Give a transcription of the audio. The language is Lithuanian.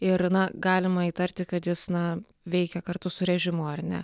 ir na galima įtarti kad jis na veikia kartu su režimu ar ne